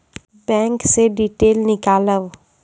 Bank से detail नीकालव?